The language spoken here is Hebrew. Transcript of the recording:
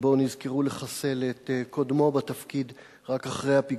שבו נזכרו לחסל את קודמו בתפקיד רק אחרי הפיגוע.